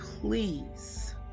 please